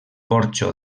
porxo